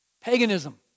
Paganism